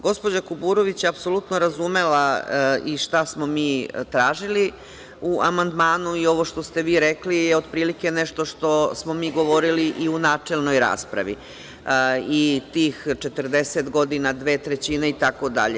Gospođa Kuburović je apsolutno razumela i šta smo mi tražili u amandmanu i ovo što ste vi rekli je otprilike nešto što smo mi govorili i u načelnoj raspravi, i tih 40 godina, dve trećine itd.